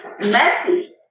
messy